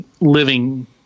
living